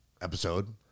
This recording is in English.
episode